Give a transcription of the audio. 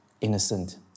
innocent